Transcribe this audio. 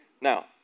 Now